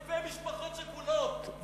אלפי משפחות שכולות.